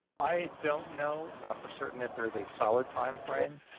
i don't know for certain if there's a solid timeframe.